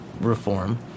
reform